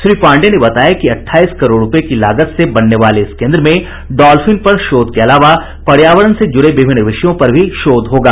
श्री पांडेय ने बताया कि अट्ठाईस करोड़ रूपये की लागत से बनने वाले इस केन्द्र में डाल्फिन पर शोध के अलावा पर्यावरण से जुड़े विभिन्न विषयों पर भी शोध होगा